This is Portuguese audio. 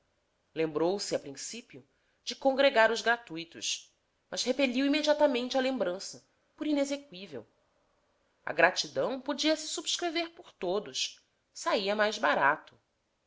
lembrou-se a principio de congregar os gratuitos mas repetiu imediatamente a lembrança por inexeqüível a gratidão podia-se subscrever por todos saía mais barato